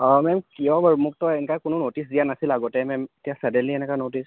অঁ মেম কিয় বাৰু মোকতো এনেকুৱা কোনো ন'টিচ দিয়া নাছিল আগতে মেম এতিয়া ছাডেনলী এনেকুৱা ন'টিচ